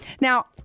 Now